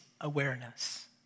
awareness